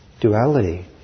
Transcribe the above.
duality